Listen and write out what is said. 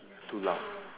its too loud